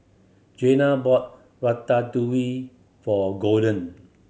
Janay bought Ratatouille for Golden